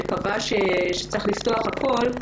שקבע שצריך לפתוח הכול,